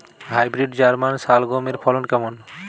Hybrid German শালগম এর ফলন কেমন?